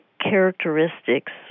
characteristics